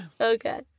Okay